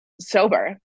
sober